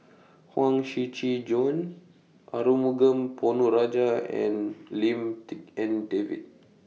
Huang Shiqi Joan Arumugam Ponnu Rajah and Lim Tik En David